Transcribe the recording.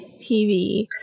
TV